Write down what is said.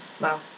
Wow